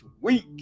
week